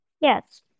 Yes